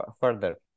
further